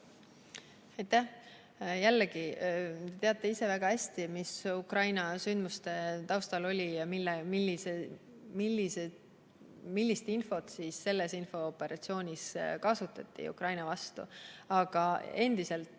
Aitäh! Jällegi, te teate ise väga hästi, mis Ukraina sündmuste taustal oli ja millist infot selles infooperatsioonis kasutati Ukraina vastu. Aga endiselt